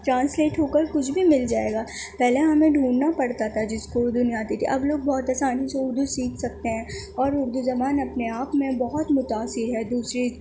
translate ہو کر کچھ بھی مل جائے گا پہلے ہمیں ڈھونڈھنا پڑتا تھا جس کو اردو نہیں آتی تھی اب لوگ بہت آسانی سے اردو سیکھ سکتے ہیں اور اردو زبان اپنے آپ میں بہت متاثر ہے دوسری